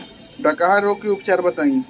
डकहा रोग के उपचार बताई?